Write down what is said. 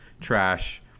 trash